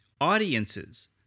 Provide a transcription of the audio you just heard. Audiences